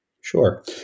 Sure